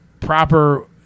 proper